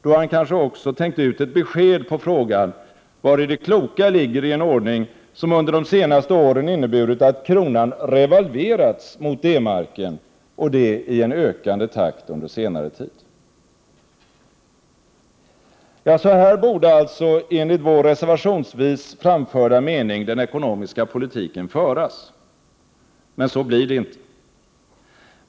Då har han kanske också tänkt ut ett besked på frågan vari det kloka ligger i en ordning som under de senaste åren inneburit att kronan revalverats mot D-marken, och det i en ökande takt under senare tid. Så här borde alltså enligt vår reservationsvis framförda mening den ekonomiska politiken föras. Men så blir det inte.